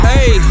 Hey